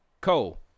Cole